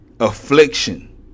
Affliction